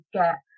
get